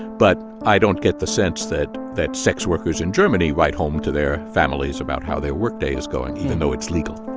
but i don't get the sense that that sex workers in germany write home to their families about how their workday is going, even though it's legal